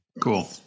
Cool